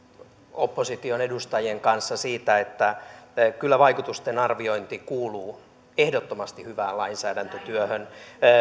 opposition edustajien kanssa siitä että kyllä vaikutusten arviointi kuuluu ehdottomasti hyvään lainsäädäntötyöhön